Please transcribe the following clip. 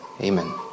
Amen